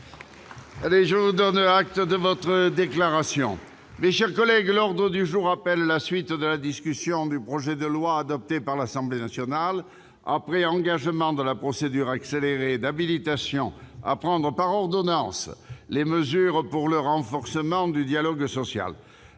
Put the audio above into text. je vous donne acte de votre déclaration. L'ordre du jour appelle la suite de la discussion du projet de loi, adopté par l'Assemblée nationale après engagement de la procédure accélérée, d'habilitation à prendre par ordonnances les mesures pour le renforcement du dialogue social